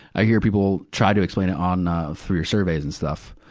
i hear people try to explain it on, ah, through your surveys and stuff.